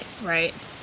right